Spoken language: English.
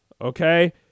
Okay